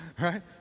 Right